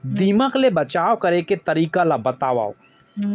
दीमक ले बचाव करे के तरीका ला बतावव?